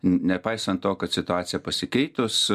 nepaisant to kad situacija pasikeitus